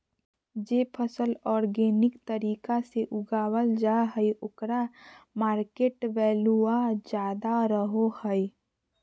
जे फसल ऑर्गेनिक तरीका से उगावल जा हइ ओकर मार्केट वैल्यूआ ज्यादा रहो हइ